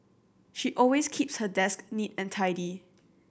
she always keeps her desk neat and tidy